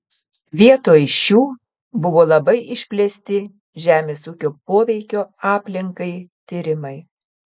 vietoj šių buvo labai išplėsti žemės ūkio poveikio aplinkai tyrimai